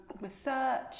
research